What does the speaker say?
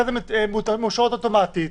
אחרי זה מאושרות אוטומטית,